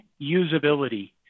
usability